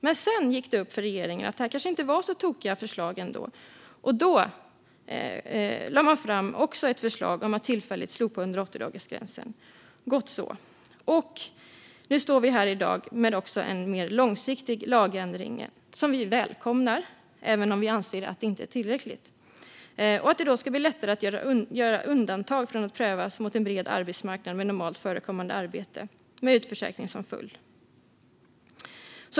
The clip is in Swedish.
Senare gick det dock upp för regeringen att förslagen kanske inte var så tokiga ändå. Då lade man själv fram ett förslag om att tillfälligt slopa 180-dagarsgränsen. Gott så! Nu står vi här i dag med en mer långsiktig lagändring som vi i Sverigedemokraterna välkomnar även om vi inte tycker att den är tillräcklig. Den går ut på att det ska bli lättare att göra undantag från att prövas mot en bred arbetsmarknad med normalt förekommande arbeten med utförsäkring som följd.